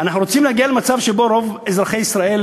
אנחנו רוצים להגיע למצב שבו רוב אזרחי ישראל